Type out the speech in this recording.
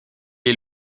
est